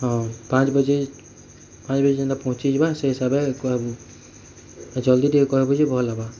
ହଁ ପାଞ୍ଚ ବଜେ ପାଞ୍ଚ ବଜେ ହେନ୍ତା ପହଞ୍ଚି ଯିବା ସେଇ ହିସାବେ କହେବୁ ଆଉ ଜଲ୍ଦି ଟିକେ କହେବୁ ଯେ ଭଲ ହେବା